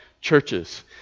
churches